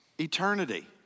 eternity